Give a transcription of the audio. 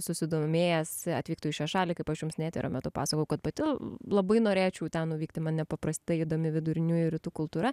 susidomėjęs atvyktų į šią šalį kaip aš jums nedera metu pasakų kad pati labai norėčiau ten nuvykti man nepaprastai įdomi viduriniųjų rytų kultūra